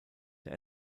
der